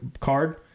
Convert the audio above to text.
card